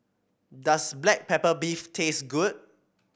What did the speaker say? does Black Pepper Beef taste good